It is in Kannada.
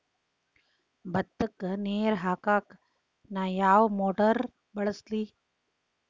ಭತ್ತಕ್ಕ ನೇರ ಹಾಕಾಕ್ ನಾ ಯಾವ್ ಮೋಟರ್ ಬಳಸ್ಲಿ?